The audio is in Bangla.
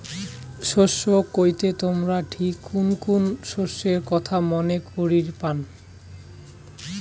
শস্য কইতে তোমরা ঠিক কুন কুন শস্যের কথা মনে করির পান?